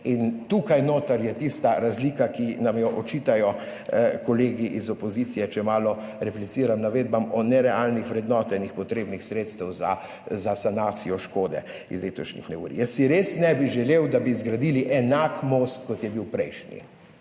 In tukaj notri je tista razlika, ki nam jo očitajo kolegi iz opozicije, če malo repliciram navedbam o nerealnih vrednotenjih potrebnih sredstev za sanacijo škode iz letošnjih neurij. Jaz si res ne bi želel, da bi zgradili enak most, kot je bil prejšnji,